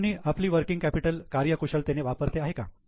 company आपली working capital कार्यकुशलतेने वापरते आहे का